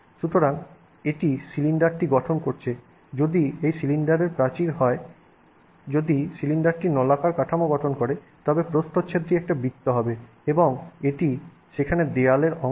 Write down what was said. সুতরাং এটি সিলিন্ডারটি গঠন করছে যদি এটি সিলিন্ডারের প্রাচীর হয় যদি সিলিন্ডারটি নলাকার কাঠামো গঠন করে তবে প্রস্থচ্ছেদটি একটি বৃত্ত হবে এবং এটি সেখানে দেয়ালের অংশ